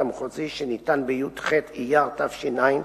התעללות השוטרים,